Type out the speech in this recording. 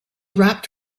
wrapped